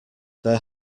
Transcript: there